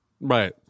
Right